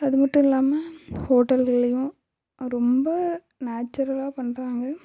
அது மட்டுல்லாமல் ஹோட்டல்கள்லையும் ரொம்ப நேச்சுரலாக பண்ணுறாங்க